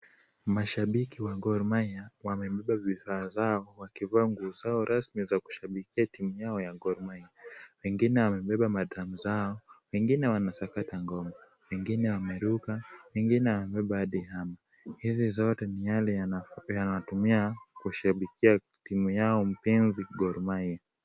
Mashabiki wa Gor Mahia wamebeba vifaa zao wakivaa nguo zao rasmi za kushabikia timu yao ya Gor Mahia. Wengine wamebeba madrum zao, wengine wanasakata ngoma, wengine wameruka, wengine wamebeba hadi hammer . Hizi zote ni yale wanatumia kushambikia timu yao mpenzi Gor Mahia.